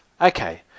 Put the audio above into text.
Okay